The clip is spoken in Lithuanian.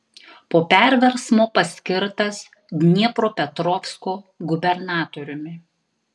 po perversmo paskirtas dniepropetrovsko gubernatoriumi